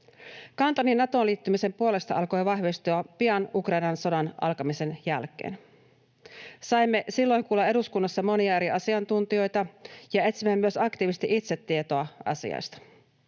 Kantani Natoon liittymisen puolesta alkoi vahvistua pian Ukrainan sodan alkamisen jälkeen. Saimme silloin kuulla eduskunnassa monia eri asiantuntijoita, ja etsimme myös aktiivisesti itse tietoa asiasta.